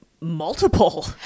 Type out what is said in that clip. multiple